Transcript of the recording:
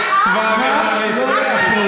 את מעדיפה את החיזבאללה, נכון?